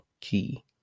key